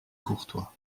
courtois